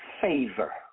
favor